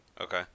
okay